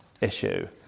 issue